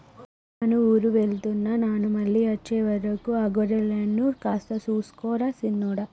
నాను ఊరు వెళ్తున్న నాను మళ్ళీ అచ్చే వరకు ఆ గొర్రెలను కాస్త సూసుకో రా సిన్నోడా